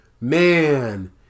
man